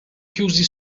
chiusi